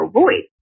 voice